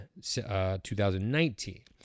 2019